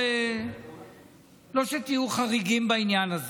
שלא תהיו חריגים בעניין הזה.